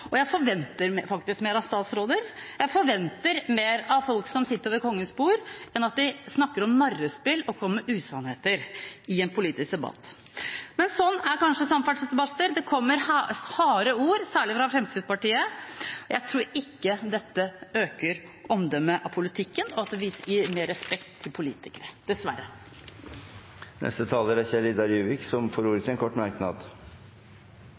flertall. Jeg forventer faktisk mer av statsråder. Jeg forventer mer av folk som sitter ved Kongens bord, enn at de snakker om narrespill og kommer med usannheter i en politisk debatt. Men sånn er kanskje samferdselsdebatter. Det kommer harde ord, særlig fra Fremskrittspartiet, og jeg tror ikke det bedrer omdømmet til politikken og gir politikere mer respekt – dessverre. Representanten Kjell Idar Juvik har hatt ordet to ganger tidligere og får ordet til en kort merknad,